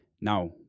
Now